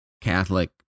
Catholic